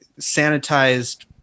sanitized